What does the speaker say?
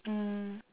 mm